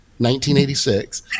1986